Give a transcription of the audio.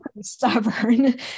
stubborn